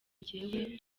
njyewe